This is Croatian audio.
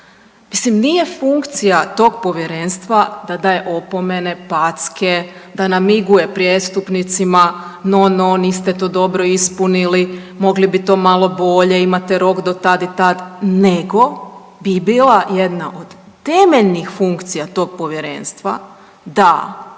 Mislim, nije funkcija tog povjerenstva da daje opomene, packe, da namiguje prijestupnicima, no-no, niste to dobro ispunili, mogli bi to malo bolje, imate rok do tad i tad. Nego, bi bila jedna od temeljnih funkcija tog povjerenstva da